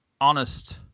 honest